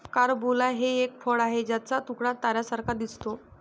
carambola हे एक फळ आहे ज्याचा तुकडा ताऱ्यांसारखा दिसतो